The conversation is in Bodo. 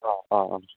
औ औ औ